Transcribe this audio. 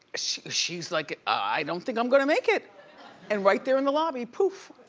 she's like i don't think i'm gonna make it and right there in the lobby, poof.